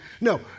No